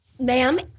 Ma'am